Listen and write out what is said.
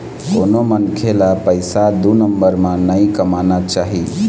कोनो मनखे ल पइसा दू नंबर म नइ कमाना चाही